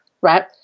right